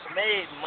made